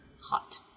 Hot